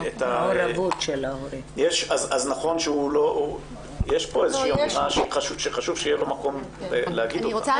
אז יש פה אמירה וחשוב שיהיה לו מקום להגיד אותה.